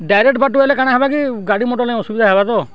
direct ବାଟୁ ଆଇଲେ କାଣା ହବା କି ଗାଡ଼ି ମଟଲେ ଅସୁବିଧା ହେବା ତ